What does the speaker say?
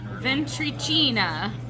Ventricina